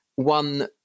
One